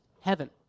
heaven